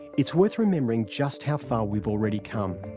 it's worth remembering just how far we've already come.